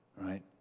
right